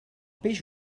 peix